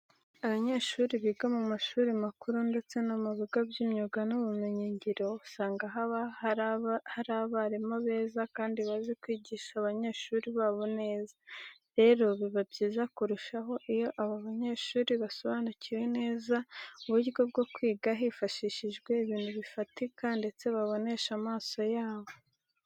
Abanyeshuri biga mu mashuri makuru ndetse no mu bigo by'imyuga n'ubumenyingiro, usanga haba hari abarimu beza kandi bazi kwigisha abanyeshuri babo neza. Rero biba byiza kurushaho iyo aba banyeshuri basobanukiwe neza uburyo bwo kwiga hifashishijwe ibintu bifatika ndetse babonesha amaso yabo.